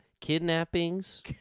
kidnappings